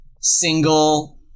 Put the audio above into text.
single